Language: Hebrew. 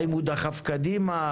האם הוא דחף קדימה?